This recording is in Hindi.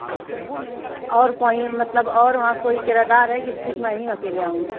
अच्छा और कोई मतलब और वहाँ कोई किराएदार है कि सिर्फ़ मैं ही अकेले आऊँगी